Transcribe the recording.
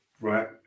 Right